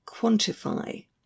quantify